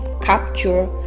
capture